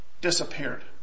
disappeared